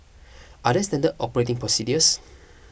are there standard operating procedures